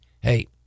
Hey